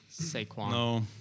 Saquon